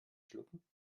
schlucken